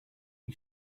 you